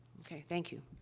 okay, thank you.